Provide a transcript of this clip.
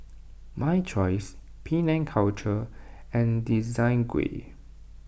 My Choice Penang Culture and Desigual